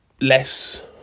less